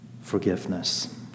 forgiveness